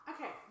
Okay